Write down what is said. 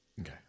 okay